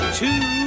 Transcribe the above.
two